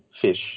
fish